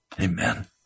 Amen